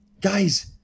guys